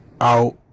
out